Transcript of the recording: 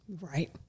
Right